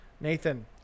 Nathan